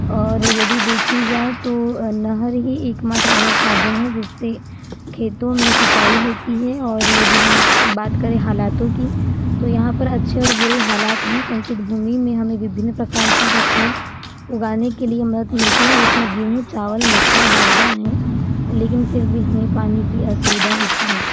और यदि देखी जाए तो नहर ही एकमात्र ऐसा साधन है जिससे खेतों में सिंचाई होती है और यदि हम बात करें हालातों की तो यहाँ पर अच्छे और बुरे हालात हैं संचित भूमि में हमें विभिन्न प्रकार की फ़सलें उगाने के लिए मदद मिलती है जिसमें गेहूँ चावल मक्का बाजरा हैं लेकिन फिर भी हमें पानी की असुविधा होती है